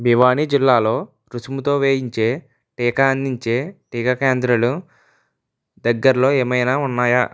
భివానీ జిల్లాలో రుసుముతో వేయించే టీకా అందించే టీకా కేంద్రాలు దగ్గరలో ఏమైనా ఉన్నాయా